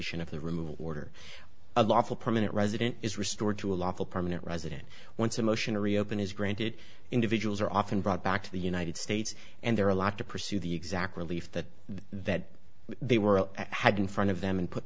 the removal order a lawful permanent resident is restored to a lawful permanent resident once a motion to reopen is granted individuals are often brought back to the united states and there are a lot to pursue the exact relief that that they were had in front of them and put